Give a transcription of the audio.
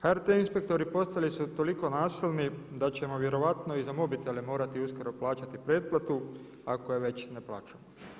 HRT inspektori postali su toliko nasilni da ćemo vjerojatno i za mobitele morati uskoro plaćati pretplatu ako je već ne plaćamo.